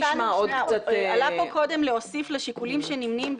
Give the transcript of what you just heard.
עלה פה קודם להוסיף לשיקולים שנמנים,